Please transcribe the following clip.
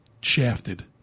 shafted